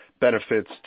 benefits